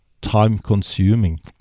time-consuming